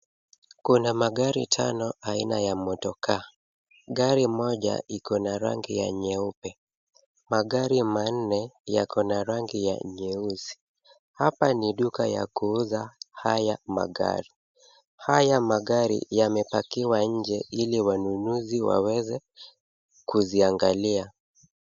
Kuna magari tano aina ya motokaa. Gari moja iko na rangi ya nyeupe . Magari manne yako na rangi ya nyeusi. Hapa ni duka ya kuuza haya magari. Haya magari yamepakiwa nje ili wanunuzi waweze kuziangalia.